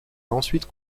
ensuite